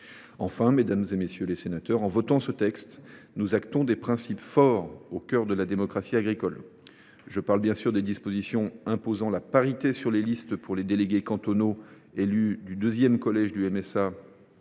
Enfin, mesdames, messieurs les sénateurs, en votant ce texte, nous actons des principes forts au cœur de la démocratie agricole. Je parle, bien sûr, des dispositions imposant la parité sur les listes pour les délégués cantonaux élus du deuxième collège du MSA